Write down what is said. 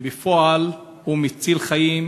זה בפועל מציל חיים,